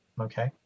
okay